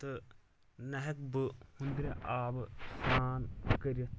تہٕ نہ ہٮ۪کہٕ بہٕ ہُنٛدرِ آبہٕ سرٛان کٔرتھ